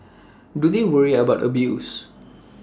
do they worry about abuse